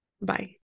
Bye